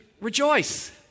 rejoice